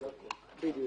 זה הכול.